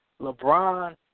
LeBron